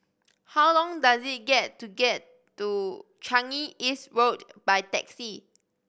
how long does it get to get to Changi East Road by taxi